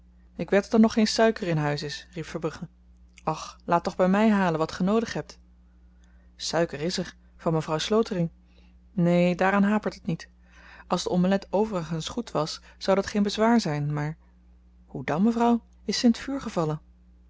ik wed dat er nog geen suiker in huis is riep verbrugge och laat toch by my halen wat ge noodig hebt suiker is er van mevrouw slotering neen daaraan hapert het niet als de omelet overigens goed was zou dat geen bezwaar zyn maar hoe dan mevrouw is ze in t vuur gevallen